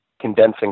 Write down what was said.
condensing